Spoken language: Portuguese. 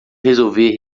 resolver